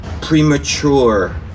premature